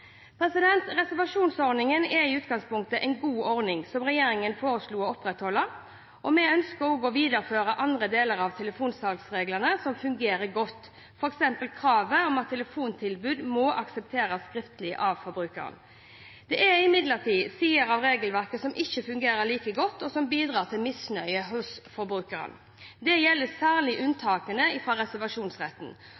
Reservasjonsordningen er i utgangspunktet en god ordning, som regjeringen foreslo å opprettholde. Vi ønsker også å videreføre andre deler av telefonsalgsreglene som fungerer godt, f.eks. kravet om at telefontilbud må aksepteres skriftlig av forbrukeren. Det er imidlertid sider av regelverket som ikke fungerer like godt, og som bidrar til misnøye hos forbrukerne. Det gjelder særlig